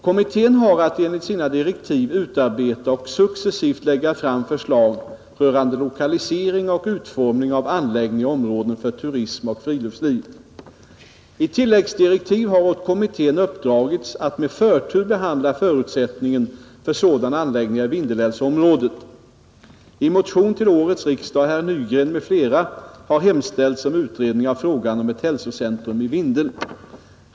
Kommittén har att enligt sina direktiv utarbeta och successivt lägga fram förslag rörande lokalisering och utformning av anläggningar och områden för turism och friluftsliv. I tilläggsdirektiv har åt kommittén uppdragits att med förtur behandla förutsättningen för sådana anläggningar i Vindelälvsområdet.